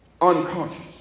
unconscious